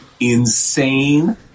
insane